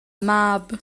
mab